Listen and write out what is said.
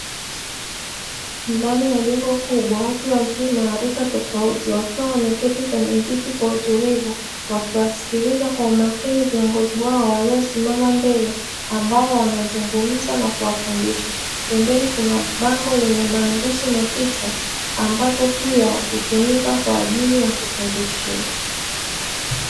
Ndani ya jengo kubwa, watu wazima wa rika tofauti wakiwa wameketi kwenye viti kwa utulivu, wakiwasikiliza kwa umakini viongozi wao waliosimama mbele, ambao wanazungumza na kuwafundisha. Pembeni kuna bango lenye maandishi na picha, ambapo pia hutumika kwa ajili ya kufundishia.